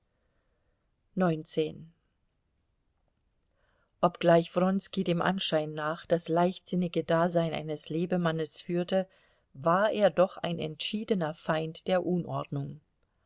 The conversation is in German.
obgleich wronski dem anschein nach das leichtsinnige dasein eines lebemannes führte war er doch ein entschiedener feind der unordnung